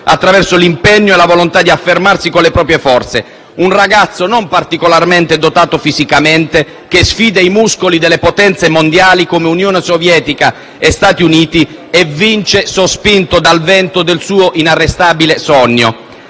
attraverso l'impegno e la volontà di affermarsi con le proprie forze; un ragazzo non particolarmente dotato fisicamente che sfida i muscoli delle potenze mondiali, come Unione Sovietica e Stati Uniti, e vince sospinto dal vento del suo inarrestabile sogno.